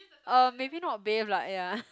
um maybe not bathe lah ya